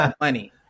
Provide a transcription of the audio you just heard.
money